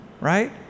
Right